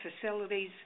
facilities